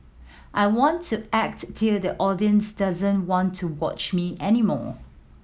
I want to act till the audience doesn't want to watch me any more